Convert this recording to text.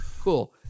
cool